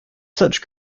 such